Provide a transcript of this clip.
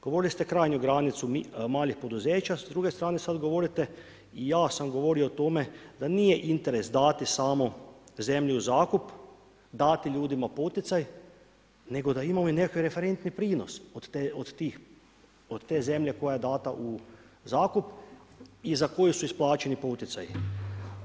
Govorili ste krajnju granicu malih poduzeća, s druge strane sad govorite, ja sam govorio o tome, da nije interes dati samo zemlju u zakup, dati ljudima poticaj, nego da imamo i nekakav referentni prinos, od te zemlje koja je dana u zakup i za koje su isplaćene poticaji.